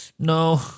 no